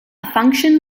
function